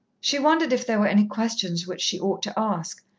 she wondered if there were any questions which she ought to ask,